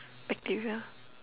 bacteria